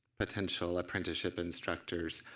potential apprenticeship instructors